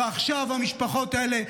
ועכשיו המשפחות האלה,